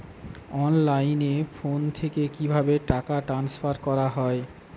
অনলাইনে ফোন থেকে কিভাবে টাকা ট্রান্সফার করা হয়?